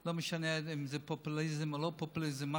לא משנה אם זה פופוליזם או לא פופוליזם,